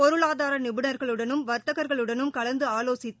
பொருளாதார நிபுணர்களுடனும் வர்த்தகர்களுடனும் கலந்து ஆலோசித்து